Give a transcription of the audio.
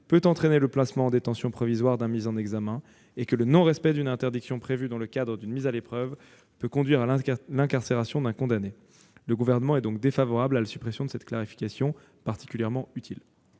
peut entraîner le placement en détention provisoire d'une personne mise en examen et que le non-respect d'une interdiction prévue dans le cadre d'une mise à l'épreuve peut conduire à l'incarcération d'un condamné. Le Gouvernement est donc défavorable à la suppression de ces clarifications particulièrement utiles.